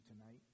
tonight